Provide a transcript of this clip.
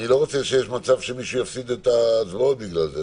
אני לא רוצה שמישהו יפסיד את ההצבעות בגלל זה.